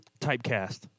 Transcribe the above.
Typecast